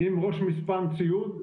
עם ראש מספן ציוד,